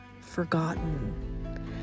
forgotten